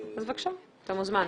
בבקשה, אתה מוזמן.